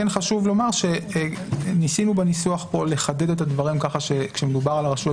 חשוב לומר שניסינו בניסוח פה לחדד את הדברים כך שכשמדובר על הרשויות